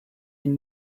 ihn